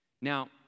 Now